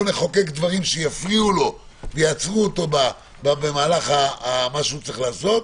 לא נחוקק דברים שיעצרו אותו במהלך מה שהוא צריך לעשות,